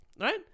right